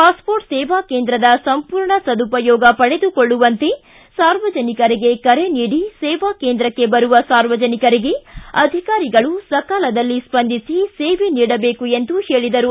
passport ಸೇವಾ ಕೇಂದ್ರದ ಸಂಪೂರ್ಣ ಸದುಪಯೋಗ ಪಡೆದುಕೊಳ್ಳುವಂತೆ ಸಾರ್ವಜನಿಕರಿಗೆ ಕರೆ ನೀಡಿ ಸೇವಾ ಕೇಂದ್ರಕ್ಕೆ ಬರುವ ಸಾರ್ವಜನಿಕರಿಗೆ ಅಧಿಕಾರಿಗಳು ಸಕಾಲದಲ್ಲಿ ಸ್ವಂದಿಸಿ ಸೇವೆಯನ್ನು ನೀಡಬೇಕು ಎಂದು ಹೇಳಿದರು